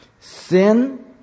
Sin